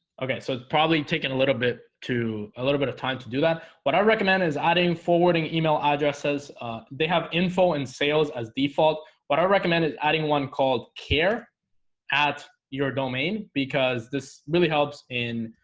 okay, so it's probably taking a little bit a little bit of time to do that what i recommend is adding forwarding email addresses they have info and sales as default what i recommend is adding one called care at your domain because this really helps in